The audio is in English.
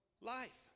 life